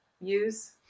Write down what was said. use